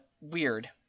weird